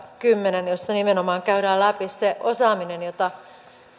jossa nimenomaan käydään läpi se osaaminen